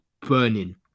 burning